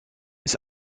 ist